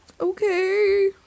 Okay